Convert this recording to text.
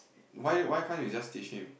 why why can't you just teach him